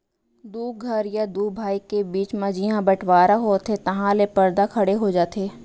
दू घर या दू भाई के बीच म जिहॉं बँटवारा होथे तहॉं ले परदा खड़े हो जाथे